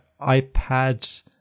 iPad